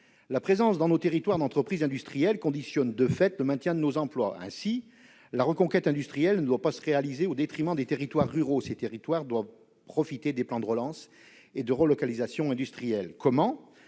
La présence d'entreprises industrielles dans nos territoires conditionne de fait le maintien de nos emplois. Aussi la reconquête industrielle ne doit-elle pas se réaliser au détriment des territoires ruraux. Ceux-ci doivent profiter des plans de relance et de relocalisation industrielle. Comment ?